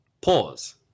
pause